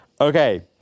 Okay